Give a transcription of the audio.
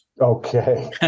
Okay